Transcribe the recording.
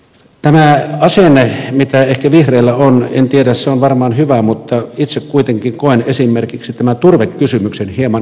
tämä asenne mitä ehkä vihreillä on en tiedä se on varmaan hyvä mutta itse kuitenkin koen esimerkiksi tämän turvekysymyksen hieman erilaisena